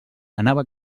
anava